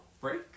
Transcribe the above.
break